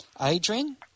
Adrian